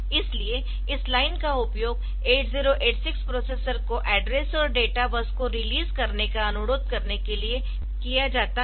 इसलिए इस लाइन का उपयोग 8086 प्रोसेसर को एड्रेस और डेटा बस को रिलीज़ करने का अनुरोध करने के लिए किया जाता है